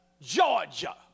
Georgia